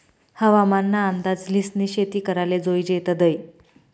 हवामान ना अंदाज ल्हिसनी शेती कराले जोयजे तदय